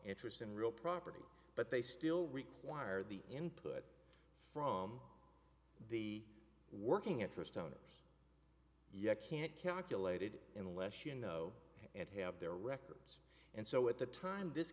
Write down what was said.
interest in real property but they still require the input from the working interest owners yet can't calculated unless you know and have their records and so at the time this